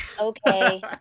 Okay